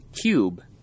cube